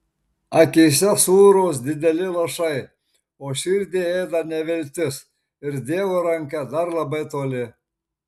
akyse sūrūs dideli lašai o širdį ėda neviltis ir dievo ranka dar labai toli